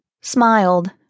smiled